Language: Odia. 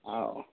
ହଉ